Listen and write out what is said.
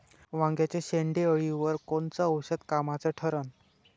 वांग्याच्या शेंडेअळीवर कोनचं औषध कामाचं ठरन?